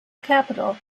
capital